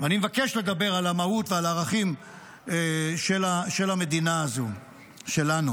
ואני מבקש לדבר על המהות ועל הערכים של המדינה הזו שלנו.